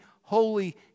holy